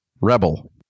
Rebel